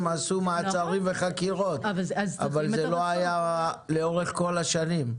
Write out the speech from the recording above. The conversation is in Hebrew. הם עשו מעצרים וחקירות אבל זה לא היה לאורך כל השנים.